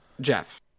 Jeff